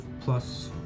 plus